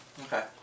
Okay